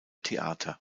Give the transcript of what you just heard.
theater